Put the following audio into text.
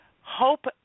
hope